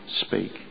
speak